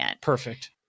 perfect